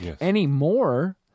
anymore